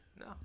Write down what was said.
No